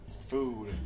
Food